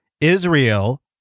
Israel